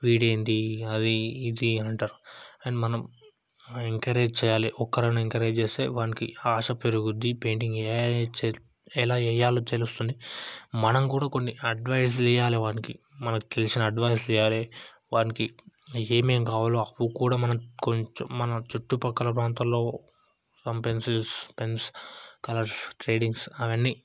వీడేంటి అది ఇది అంటారు అండ్ మనం ఎంకరేజ్ చెయ్యాలి ఒక్కరిని ఎంకరేజ్ చేస్తే వానికి ఆశ పెరుగుద్ది పెయింటింగ్ ఏ చ ఎలా వెయ్యాలో తెలుస్తుంది మనం కూడా కొన్ని అడ్వైస్లు ఇయ్యాలి వానికి మనకు తెలిసిన అడ్వైస్లు ఇవ్వాలి వానికి ఏమేం కావాలో అప్పు కూడా మనం కొంచెం మన చుట్టుపక్కల ప్రాంతాల్లో from pencils pens colours tradings అవన్నీ